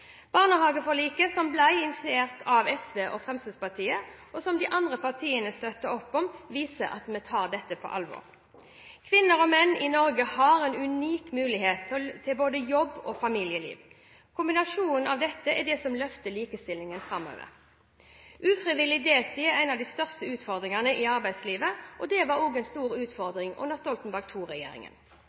Barnehageforliket som ble initiert av SV og Fremskrittspartiet, og som de andre partiene støttet opp om, viser at vi tar dette på alvor. Kvinner og menn i Norge har en unik mulighet til både jobb og familieliv. Kombinasjonen av dette er det som løfter likestillingen framover. Ufrivillig deltid er en av de største utfordringene i arbeidslivet, og det var også en stor utfordring under Stoltenberg